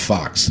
Fox